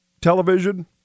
television